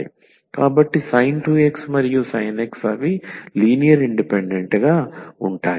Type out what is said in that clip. కాబట్టి sin 2 x మరియు sin x అవి లీనియర్ ఇండిపెండెంట్ గా ఉంటాయి